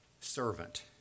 Servant